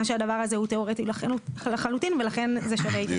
שהדבר הזה הוא תיאורטי לחלוטין ולכן זה שווה התייחסות.